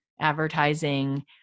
advertising